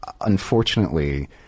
unfortunately